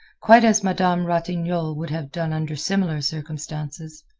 quite as madame ratignolle would have done under similar circumstances.